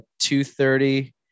230